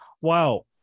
wow